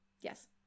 yes